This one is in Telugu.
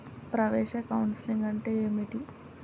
ప్రవేశ కౌన్సెలింగ్ అంటే ఏమిటి?